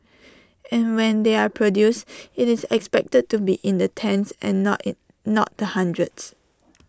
and when they are produced IT is expected to be in the tens and not A not the hundreds